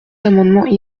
amendements